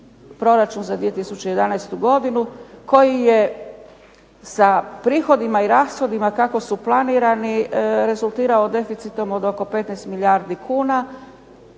proračun za 2011. godinu koji je sa prihodima i rashodima kako su planirani rezultirao deficitom od oko 15 milijardi kuna.